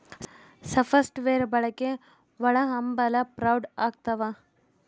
soft wear ಬಳಕೆ ಒಳಹಂಭಲ fraud ಆಗ್ತವ